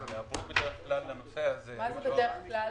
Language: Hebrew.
יעברו בדרך כלל לנושא הזה --- מה זה בדרך כלל?